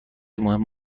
مهم